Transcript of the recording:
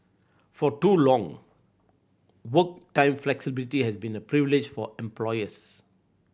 for too long work time flexibility has been a privilege for employers